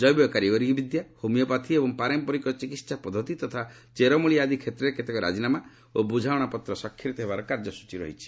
ଜୈବ କାରିଗରି ବିଦ୍ୟା ହୋମିଓପାଥି ଏବଂ ପାରମ୍ପରିକ ଚିକିତ୍ସା ପଦ୍ଧତି ତଥା ଚେରମୂଳୀ ଆଦି କ୍ଷେତ୍ରରେ କେତେକ ରାଜିନାମା ଓ ବୁଝାମଣା ସ୍ୱାକ୍ଷରିତ ହେବାର କାର୍ଯ୍ୟସ୍ତଚୀ ରହିଛି